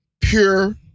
pure